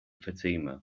fatima